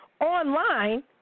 online